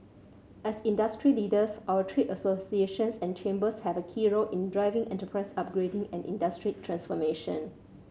as industry leaders our trade associations and chambers have a key role in driving enterprise upgrading and industry transformation